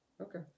Okay